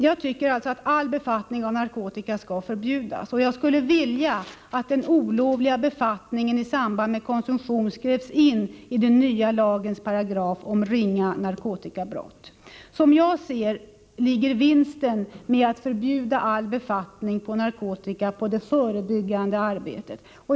Jag tycker alltså att all befattning med narkotika skall förbjudas. Jag skulle vilja att den olovliga befattningen i samband med konsumtion skrevs in i den nya lagparagrafen om ringa narkotikabrott. Som jag ser det ligger vinsten med att förbjuda all befattning med narkotika på det förebyggande arbetet.